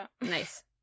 Nice